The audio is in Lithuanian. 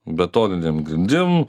betoninėm grindim